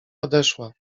odeszła